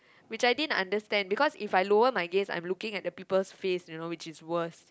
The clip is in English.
which I didn't understand because if I lower my gaze I'm looking at the peoples face you know which is worse